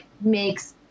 makes